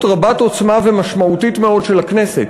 רבת עוצמה ומשמעותית מאוד של הכנסת.